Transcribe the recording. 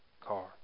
car